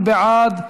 מי בעד?